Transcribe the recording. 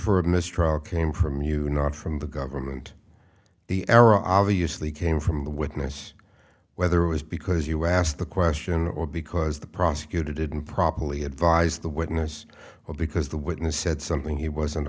for a mistrial came from you not from the government the error obviously came from the witness whether it was because you asked the question or because the prosecutor didn't properly advise the witness well because the witness said something he wasn't